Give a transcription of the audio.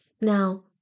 Now